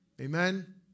Amen